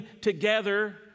together